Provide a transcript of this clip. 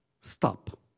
Stop